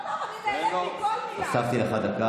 לא, הינה, בבקשה, בנחת.